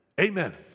Amen